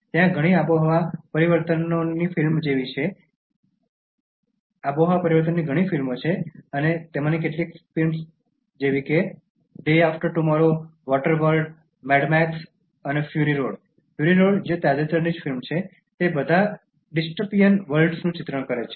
ત્યાં ઘણી આબોહવા પરિવર્તનની ફિલ્મો છે અને કેટલીક ફિલ્મ્સ જેવી છે કે Day After Tomorrow Water World Mad Max Fury Road જે તાજેતરની ફિલ્મ છે તે બધા ડિસ્ટપિયન વર્લ્ડ્સનું ચિત્રણ કરે છે